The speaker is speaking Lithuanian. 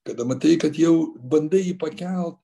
kada matai kad jau bandai jį pakelt